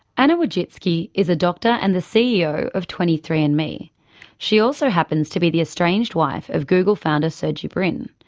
and wojcicki is a doctor and the ceo of twenty three and andme. she also happens to be the estranged wife of google founder sergey brin.